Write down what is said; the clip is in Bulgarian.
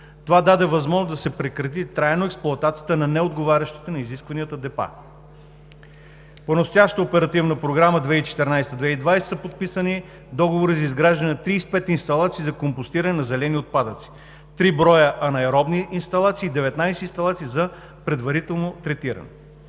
Това даде възможност да се прекрати трайно експлоатацията на неотговарящите на изискванията депа. По настоящата Оперативна програма 2014 – 2020 г., са подписани договори за изграждане на 35 инсталации за компостиране на зелени отпадъци – 3 броя анаеробни инсталации, и 19 инсталации за предварително третиране.